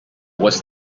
was